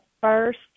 first